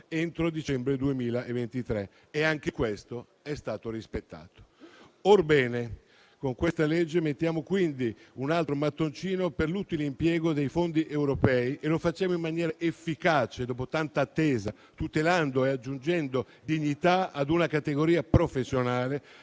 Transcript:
entro dicembre 2023: anche questo è stato rispettato. Con questa legge mettiamo quindi un altro mattoncino per l'utile impiego dei fondi europei e lo facciamo in maniera efficace, dopo tanta attesa, tutelando e aggiungendo dignità a una categoria professionale